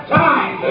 time